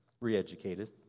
re-educated